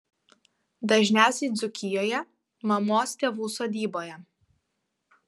dažniausiai dzūkijoje mamos tėvų sodyboje